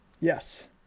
Yes